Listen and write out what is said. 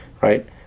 right